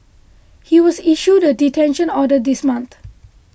he was issued a detention order this month